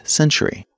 century